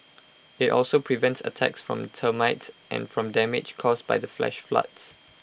IT also prevents attacks from termites and from damage caused by the flash floods